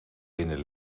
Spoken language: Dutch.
binnen